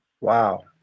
wow